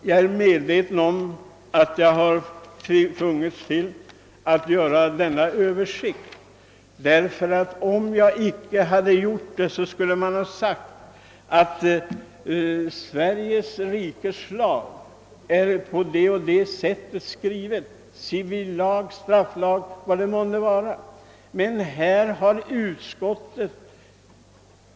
Ja, herr talman, jag har tvingats göra denna översikt därför att om jag inte hade gjort den, skulle man ha sagt att Sveriges lag är skriven på det eller det sättet, civillag, strafflag eller vad det vara må.